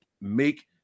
make